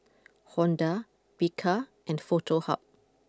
Honda Bika and Foto Hub